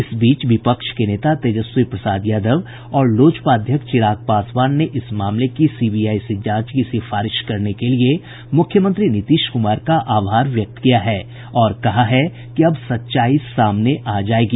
इस बीच विपक्ष के नेता तेजस्वी यादव और लोजपा अध्यक्ष चिराग पासवान ने इस मामले की सी बी आई से जांच की सिफारिश करने के लिए मुख्यमंत्री नीतिश कुमार का आभार व्यक्त किया है और कहा है कि अब सच्चाई सामने आ जाएगी